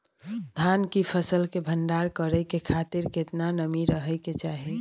धान की फसल के भंडार करै के खातिर केतना नमी रहै के चाही?